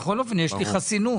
בכל אופן יש לי חסינות.